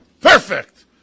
perfect